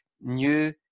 new